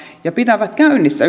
ja pitävät niitä käynnissä